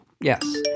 yes